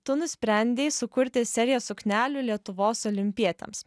tu nusprendei sukurti seriją suknelių lietuvos olimpietėms